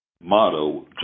motto